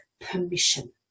permission